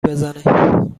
بزنی